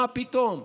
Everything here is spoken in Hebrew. מה פתאום,